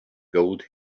gold